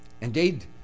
indeed